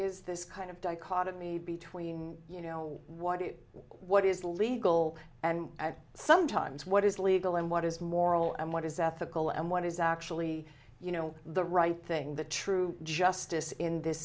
is this kind of dichotomy between you know what it what is legal and sometimes what is legal and what is moral and what is ethical and what is actually you know the right thing the true justice in this